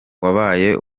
wabaye